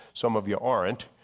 some of you aren't.